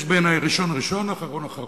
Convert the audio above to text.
יש בעיני ראשון-ראשון, אחרון-אחרון.